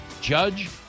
Judge